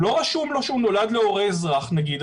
הוא לא רשום לא שהוא נולד להורה אזרח נגיד,